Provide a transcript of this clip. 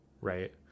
right